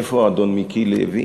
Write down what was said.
איפה האדון מיקי לוי?